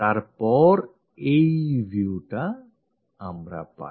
তারপর আমরা এই viewটা পাই